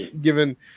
given